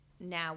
now